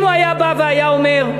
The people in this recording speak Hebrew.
אם הוא היה בא והיה אומר,